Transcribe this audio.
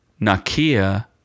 Nakia